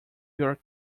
your